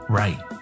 right